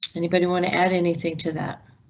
anybody want to add anything to that?